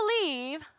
believe